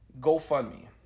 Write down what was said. GoFundMe